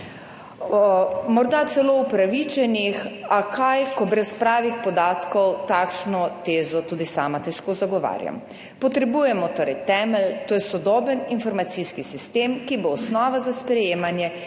morda celo upravičenih, a kaj, ko brez pravih podatkov takšno tezo tudi sama težko zagovarjam. Potrebujemo torej temelj, to je sodoben informacijski sistem, ki bo osnova za sprejemanje